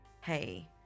hey